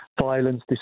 violence